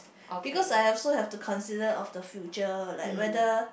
because I have also to consider of the future like whether